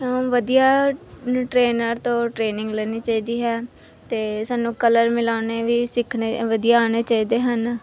ਵਧੀਆ ਟਰੇਨਰ ਤੋਂ ਟ੍ਰੇਨਿੰਗ ਲੈਣੀ ਚਾਹੀਦੀ ਹੈ ਅਤੇ ਸਾਨੂੰ ਕਲਰ ਮਿਲਾਉਣੇ ਵੀ ਸਿੱਖਣੇ ਵਧੀਆ ਆਉਣੇ ਚਾਹੀਦੇ ਹਨ